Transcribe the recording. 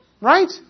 Right